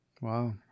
Wow